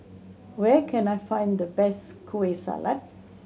where can I find the best Kueh Salat